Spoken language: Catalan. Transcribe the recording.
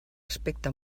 aspecte